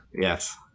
Yes